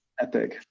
epic